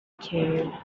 king